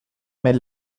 mais